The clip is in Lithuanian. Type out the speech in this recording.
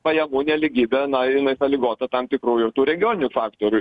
pajamų nelygybė na jinai salygota tam tikrų ir tų regioninių faktorių